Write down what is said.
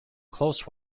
close